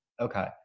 Okay